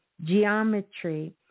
geometry